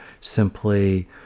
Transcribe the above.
simply